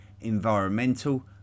environmental